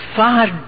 far